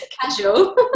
Casual